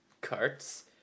carts